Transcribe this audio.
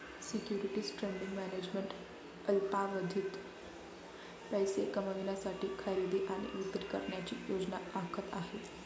securities trading management अल्पावधीत पैसे कमविण्यासाठी खरेदी आणि विक्री करण्याची योजना आखत आहे